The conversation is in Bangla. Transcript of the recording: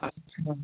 আচ্ছা